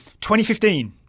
2015